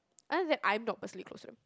it's just that I'm not personally close to them